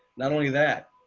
not only that,